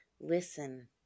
listen